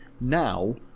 Now